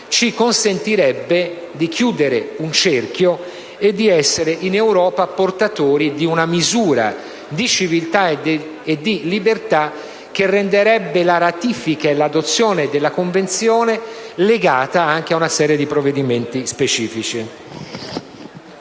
ci consentirebbe di chiudere un cerchio di essere portatori in Europa di una misura di civiltà e di libertà che legherebbe la ratifica e l'adozione della Convenzione anche ad una serie di provvedimenti specifici.